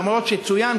למרות שצוין,